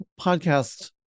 podcast